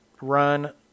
run